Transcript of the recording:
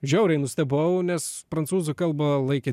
žiauriai nustebau nes prancūzų kalbą laikė